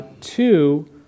Two